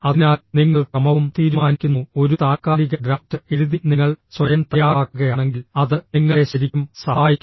അതിനാൽ നിങ്ങൾ ക്രമവും തീരുമാനിക്കുന്നു ഒരു താത്ക്കാലിക ഡ്രാഫ്റ്റ് എഴുതി നിങ്ങൾ സ്വയം തയ്യാറാക്കുകയാണെങ്കിൽ അത് നിങ്ങളെ ശരിക്കും സഹായിക്കും